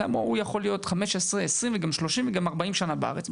הוא יכול להיות 15,20,30 וגם 40 שנה בארץ.